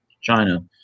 China